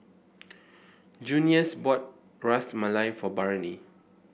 Junious bought Ras Malai for Barnie